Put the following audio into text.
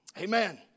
Amen